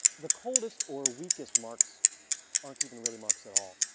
the coldest or weakest marks aren't even really marks at all.